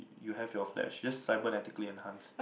you have your flesh just cybernetically enhanced